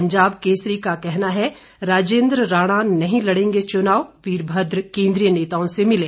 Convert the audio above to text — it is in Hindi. पंजाब केसरी का कहना है राजेंद्र राणा नही लड़ेंगे चुनाव वीरभद्र केंद्रीय नेताओं से मिले